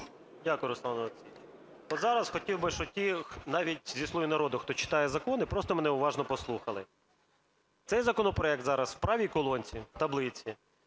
Дякую, Руслан Олексійович. Зараз хотів би, щоб ті навіть зі "Слуги народу", хто читає закони, просто мене уважно послухали. Цей законопроект зараз в правій колонці таблиці